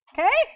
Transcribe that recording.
Okay